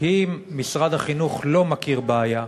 כי אם משרד החינוך לא מכיר בעיה,